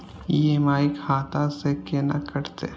EMI खाता से केना कटते?